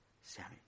Sammy